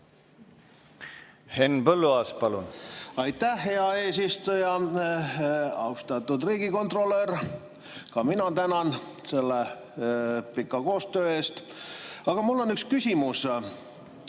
Henn Põlluaas, palun! Aitäh, hea eesistuja! Austatud riigikontrolör! Ka mina tänan selle pika koostöö eest, aga mul on üks küsimus.